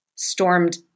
stormed